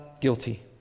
guilty